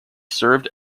served